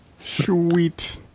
Sweet